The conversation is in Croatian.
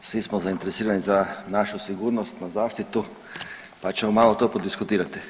Svi smo zainteresirani za našu sigurnosnu zaštitu, pa ćemo malo to prodiskutirati.